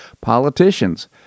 politicians